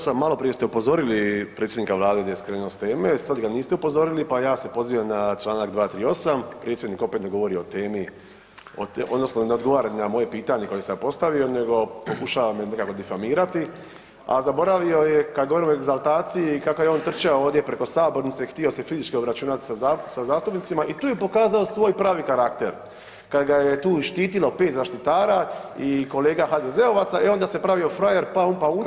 238., maloprije ste upozorili predsjednika vlade gdje je skrenuo s teme, sad ga niste upozorili, pa ja se pozivam na čl. 238., predsjednik opet ne govori o temi odnosno ne odgovara ni na moje pitanje koje sam postavio nego pokušava me nekako difamirati, a zaboravio je kad govorimo o egzaltaciji kako je on trčao ovdje preko sabornice htio se fizički obračunat sa zastupnicima i tu je pokazao svoj pravi karakter, kad ga je tu štitilo 5 zaštitara i kolega HDZ-ovaca e onda se pravio frajer, paun paunčić, pa